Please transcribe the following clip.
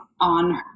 on